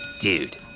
Dude